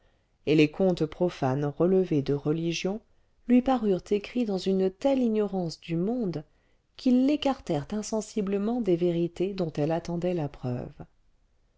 et les contes profanes relevés de religion lui parurent écrits dans une telle ignorance du monde qu'ils l'écartèrent insensiblement des vérités dont elle attendait la preuve